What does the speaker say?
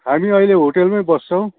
हामी अहिले होटेलमै बस्छौँ